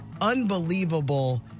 unbelievable